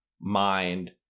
mind